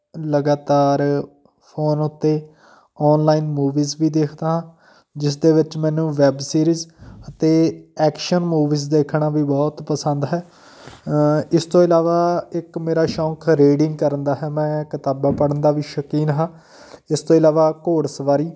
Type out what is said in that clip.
ਲਗਾਤਾਰ ਫੋਨ ਉੱਤੇ online movies ਵੀ ਦੇਖਦਾਂ ਜਿਸ ਦੇ ਵਿੱਚ ਮੈਨੂੰ ਵੈਬ ਸੀਰੀਜ ਅਤੇ ਐਕਸ਼ਨ ਮੂਵੀਜ਼ ਦੇਖਣਾ ਵੀ ਬਹੁਤ ਪਸੰਦ ਹੈ ਇਸ ਤੋਂ ਇਲਾਵਾ ਇੱਕ ਮੇਰਾ ਸ਼ੌਂਕ ਰੀਡਿੰਗ ਕਰਨ ਦਾ ਹੈ ਮੈਂ ਕਿਤਾਬਾਂ ਪੜ੍ਹਨ ਦਾ ਵੀ ਸ਼ੌਕੀਨ ਹਾਂ ਇਸ ਤੋਂ ਇਲਾਵਾ ਘੋੜ ਸਵਾਰੀ